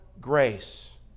grace